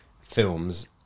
films